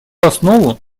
основу